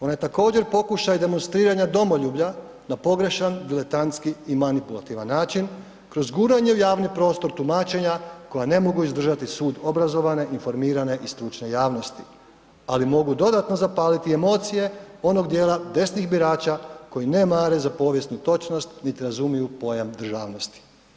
Ona je također pokušaj demonstriranja domoljublja na pogrešan diletantski i manipulativan način kroz guranja u javni prostor tumačenja koja ne mogu izdržati sud obrazovane, informirane i stručne javnosti, ali mogu dodatno zapaliti emocije onog dijela desnih birača koji ne mare za povijesnu točnost niti razumiju pojam državnosti.